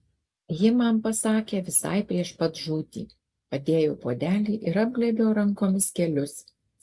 ji man pasakė visai prieš pat žūtį padėjau puodelį ir apglėbiau rankomis kelius